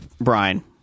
Brian